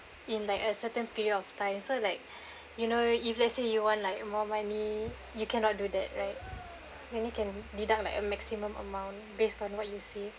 in like a certain period of time so like you know if let's say you want like more money you cannot do that right you only can deduct like a maximum amount based on what you save